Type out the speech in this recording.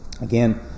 Again